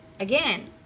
Again